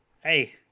hey